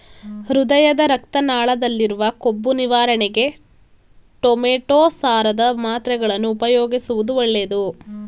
ಹೃದಯದ ರಕ್ತ ನಾಳದಲ್ಲಿರುವ ಕೊಬ್ಬು ನಿವಾರಣೆಗೆ ಟೊಮೆಟೋ ಸಾರದ ಮಾತ್ರೆಗಳನ್ನು ಉಪಯೋಗಿಸುವುದು ಒಳ್ಳೆದು